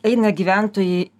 eina gyventojai